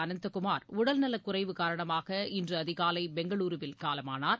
அனந்தகுமார் உடல்நலக்குறைவு காரணமாக இன்றுஅதிகாலைபெங்களுருவில் காலமானார்